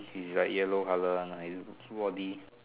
is like yellow colour one lah is